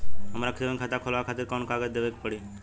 हमार सेविंग खाता खोलवावे खातिर कौन कौन कागज देवे के पड़ी?